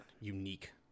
unique